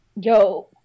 Yo